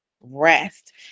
Rest